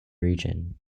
region